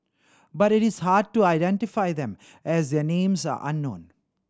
but it is hard to identify them as their names are unknown